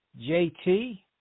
JT